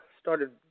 started